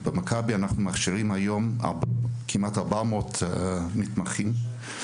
אנחנו מכשירים במכבי כמעט 400 מתמחים היום.